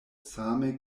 same